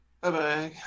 Bye-bye